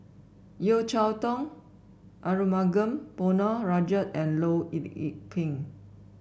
Yeo Cheow Tong Arumugam Ponnu Rajah and Loh Lik Peng